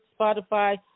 Spotify